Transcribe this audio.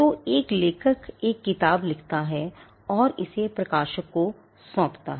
तो एक लेखक एक किताब लिखता है और इसे प्रकाशक को सौंपता है